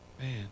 Man